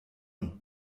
und